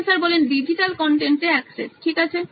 professor digital কনটেন্টে access ঠিক আছে